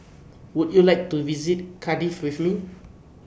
Would YOU like to visit Cardiff with Me